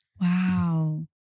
Wow